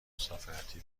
مسافرتی